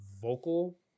vocal